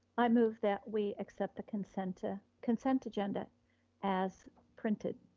i move that we accept the consent ah consent agenda as printed.